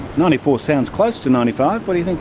ninety four sounds close to ninety five, what do you